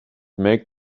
make